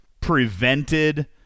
prevented